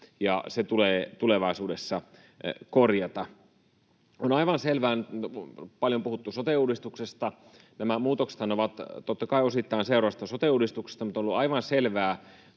se tulee tulevaisuudessa korjata. Nyt on paljon puhuttu sote-uudistuksesta, ja nämä muutoksethan ovat totta kai osittain seurausta sote-uudistuksesta, mutta on ollut aivan selvää